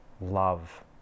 love